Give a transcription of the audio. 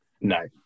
No